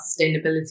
sustainability